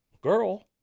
girl